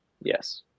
Yes